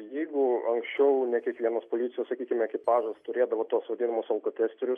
jeigu anksčiau ne kiekvienas policijos sakykim ekipažas turėdavo tuos vadinamus alkotesterius